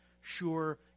sure